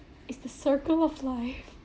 it's the circle of life